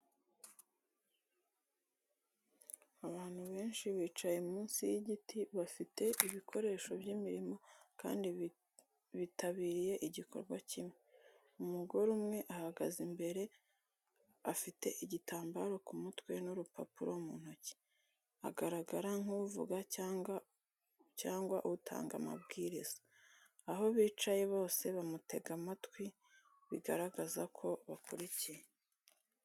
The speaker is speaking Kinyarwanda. Abantu benshi bicaye munsi y’igiti, bafite ibikoresho by’imirimo kandi bitabiriye igikorwa kimwe. Umugore umwe ahagaze imbere, afite igitambaro ku mutwe n’urupapuro mu ntoki, agaragara nk’uvuga cyangwa utanga amabwiriza. Aho bicaye bose bamutega amatwi bigaragazako bakurikiye.